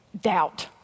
doubt